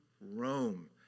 Rome